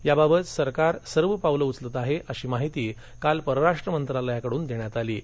याबाबत सरकार सर्व पावलं उचलत आहे अशी माहिती काल परराष्ट्र मंत्रालयाकडून देण्यात आली आहे